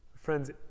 Friends